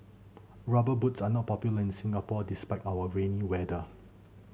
Rubber Boots are not popular in Singapore despite our rainy weather